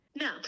No